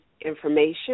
information